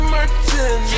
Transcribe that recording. Martin